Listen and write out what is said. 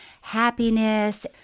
happiness